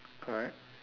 correct